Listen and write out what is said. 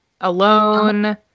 alone